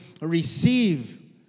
receive